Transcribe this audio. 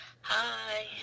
Hi